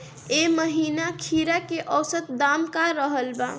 एह महीना खीरा के औसत दाम का रहल बा?